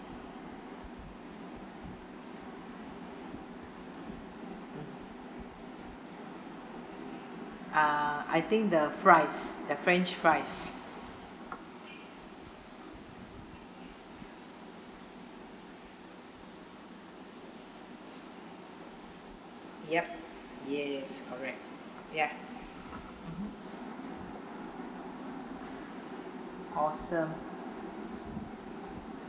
uh I think the fries the french fries yup yes correct ya mmhmm awesome